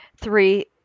three